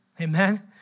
Amen